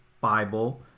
Bible